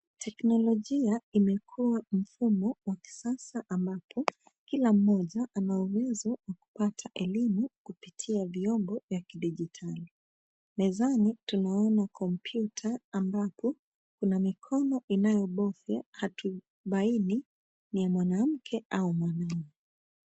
Teknolojia imekua mfumo wa kisasa ambapo kila mmoja ana uwezo wa kupata elimu kupitia vyombo ya kidijitali. Mezani tunaona kompyuta ambapo kuna mikono inayobofya matumaini ni ya mwanamke au mwanaume.